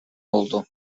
oldu